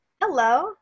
Hello